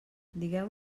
digueu